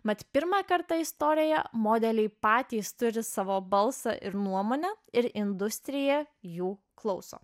mat pirmą kartą istorijoje modeliai patys turi savo balsą ir nuomonę ir industrija jų klauso